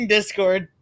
Discord